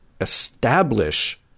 establish